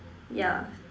yeah